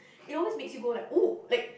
it always makes you go like oh like